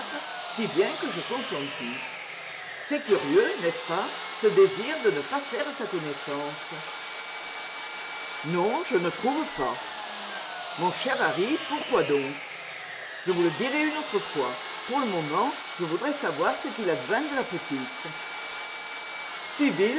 si bien que je consentis c'est curieux n'est-ce pas ce désir de ne pas faire sa connaissance non je ne trouve pas mon cher uarry pourquoi donc je vous le dirai une autre fois pour le moment je voudrais savoir ce qu'il advint de la petite